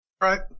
Right